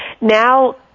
Now